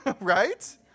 Right